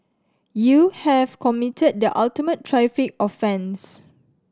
you have committed the ultimate traffic offence